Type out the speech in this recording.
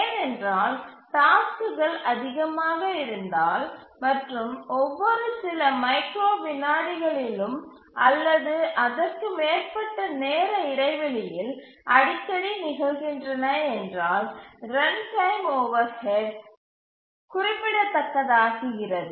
ஏனென்றால் டாஸ்க்குகள் அதிகமாக இருந்தால் மற்றும் ஒவ்வொரு சில மைக்ரோ விநாடிகளிலும் அல்லது அதற்கு மேற்பட்ட நேர இடைவெளியில் அடிக்கடி நிகழ்கின்றன என்றால் ரன்டைம் ஓவர்ஹெட் குறிப்பிடத்தக்கதாகிறது